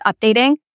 updating